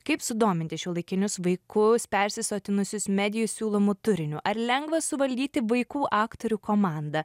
kaip sudominti šiuolaikinius vaikus persisotinusius medijų siūlomu turiniu ar lengva suvaldyti vaikų aktorių komandą